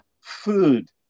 food